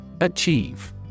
Achieve